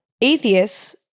atheists